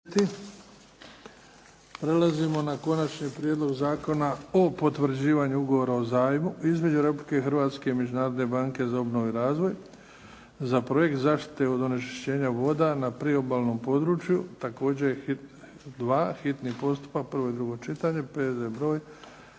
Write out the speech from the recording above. Prelazimo na Konačni prijedlog zakona o potvrđivanju Ugovora o zajmu između Republike Hrvatske i Međunarodne banke za obnovu i razvoj za projekt zaštite od onečišćenja voda na priobalnom području 2. Bio je hitni postupak, P.Z. br. 313, predlagatelj: